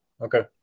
Okay